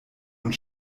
und